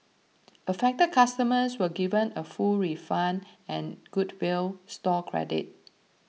affected customers were given a fool refund and goodwill store credit